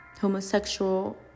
homosexual